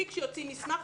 מספיק שיוציא מסמך.